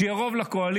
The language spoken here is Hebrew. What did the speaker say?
שיהיה רוב לקואליציה,